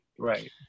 Right